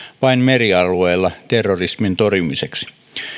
vain merialueilla terrorismin torjumiseksi